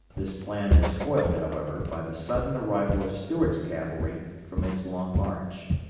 this plan was foiled, however, by the sudden arrival of stuart's cavalry from its long march.